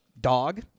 Dog